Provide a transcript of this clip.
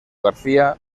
garcía